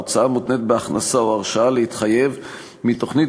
הוצאה מותנית בהכנסה או הרשאה להתחייב מתוכנית